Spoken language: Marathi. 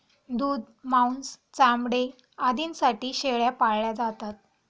दूध, मांस, चामडे आदींसाठी शेळ्या पाळल्या जातात